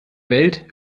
welt